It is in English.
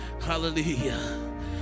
Hallelujah